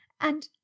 and—